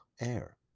air